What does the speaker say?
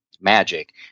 Magic